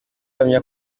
ahamya